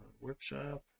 workshop